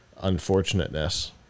unfortunateness